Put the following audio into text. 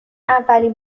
اولین